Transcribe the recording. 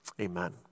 amen